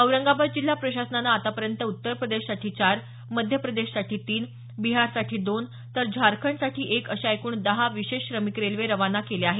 औरंगाबाद जिल्हा प्रशासनानं आतापर्यंत उत्तर प्रदेशसाठी चार मध्यप्रदेशसाठी तीन बिहारसाठी दोन तर झारखंडसाठी एक अशा एकूण दहा विशेष श्रमिक रेल्वे खाना केल्या आहेत